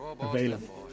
available